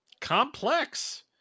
complex